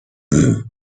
industry